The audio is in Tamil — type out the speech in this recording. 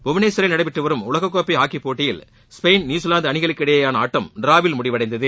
புவனேஸ்வரில் நடைபெற்று வரும் உலக கோப்பை ஹாக்கிப் போட்டியில் ஸ்பெயின் நியூஸிலாந்து அணிகளுக்கு இடையேயான ஆட்டம் ட்டிராவில் முடிவடைந்தது